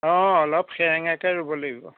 অঁ অলপ সেৰেঙাকৈ ৰুব লাগিব